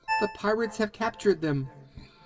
the pirates have captured them!